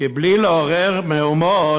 כי בלי לעורר מהומות,